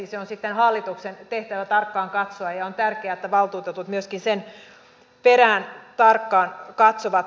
se on sitten hallituksen tehtävä tarkkaan katsoa ja on tärkeää että valtuutetut myöskin sen perään tarkkaan katsovat